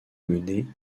mener